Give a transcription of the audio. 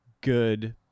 good